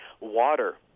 water